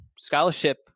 scholarship